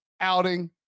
outing